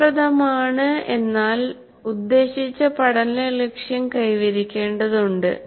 ഫലപ്രദമാണ് എന്നാൽ ഉദ്ദേശിച്ച പഠന ലക്ഷ്യം കൈവരിക്കേണ്ടതുണ്ട്